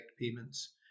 payments